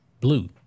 blue